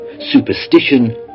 Superstition